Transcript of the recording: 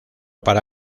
para